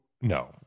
no